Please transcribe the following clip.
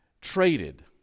traded